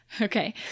Okay